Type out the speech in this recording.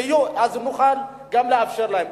שיהיה אז מוכן גם לאפשר להם.